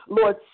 Lord